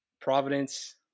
Providence